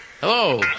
Hello